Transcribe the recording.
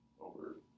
over